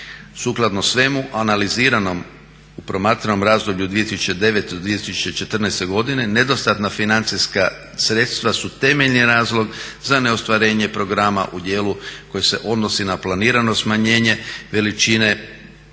Sukladno svemu analiziranom u promatranom razdoblju 2009.-2014.godine nedostatna financijska sredstva su temeljni razlog za neostvarenje programa u dijelu koje se odnosi na planirano smanjenje veličine čime